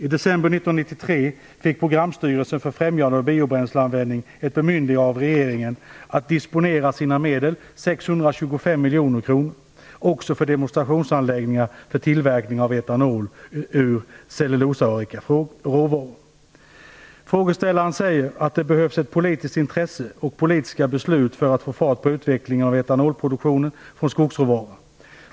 I december 1993 fick Programstyrelsen för främjande av biobränsleanvändning ett bemyndigande av regeringen att disponera sina medel, 625 miljoner kronor, också för demonstrationsanläggningar för tillverkning av etanol av cellulosarika råvaror. Frågeställaren säger att det behövs ett politiskt intresse och politiska beslut för att få fart på utvecklingen av etanolproduktionen från skogsråvara.